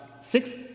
six